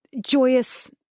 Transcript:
joyous